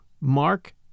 Mark